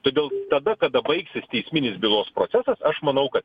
todėl tada kada baigsis teisminis bylos procesas aš manau kad